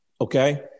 Okay